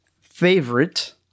Favorite